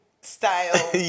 style